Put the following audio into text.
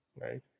right